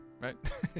right